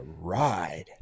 ride